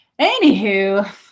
Anywho